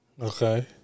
Okay